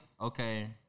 okay